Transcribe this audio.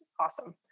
awesome